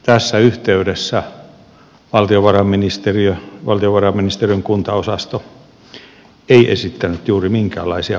tässä yhteydessä valtiovarainministeriö valtiovarainministeriön kuntaosasto ei esittänyt juuri minkäänlaisia vaikuttavuusarvioita